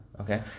okay